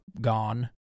gone